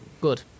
Good